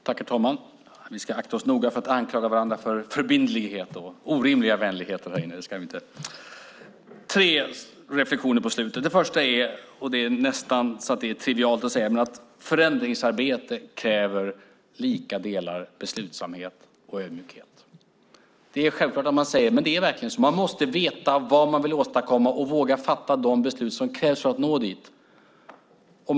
Herr talman! Vi ska akta oss noga för att anklaga varandra för förbindlighet och orimliga vänligheter här inne. Jag har tre reflexioner här på slutet. För det första - och det är nästan så att det är trivialt att säga det - att förändringsarbete kräver lika delar beslutsamhet och ödmjukhet. Det är självklart när man säger det, men det är verkligen så. Man måste veta vad man vill åstadkomma och våga fatta de beslut som krävs för att nå dit.